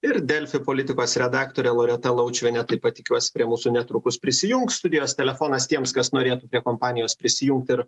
ir delfi politikos redaktorė loreta laučiuvienė taip pat tikiuosi prie mūsų netrukus prisijungs studijos telefonas tiems kas norėtų prie kompanijos prisijungti ir